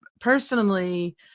personally